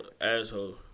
asshole